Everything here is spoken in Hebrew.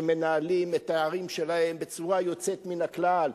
שמנהלים את הערים שלהם בצורה יוצאת מן הכלל.